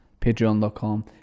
Patreon.com